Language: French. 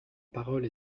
parole